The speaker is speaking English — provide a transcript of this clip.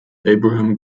abraham